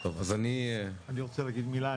אני רוצה להגיד מילה.